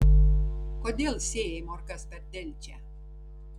kodėl sėjai morkas per delčią